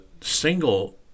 single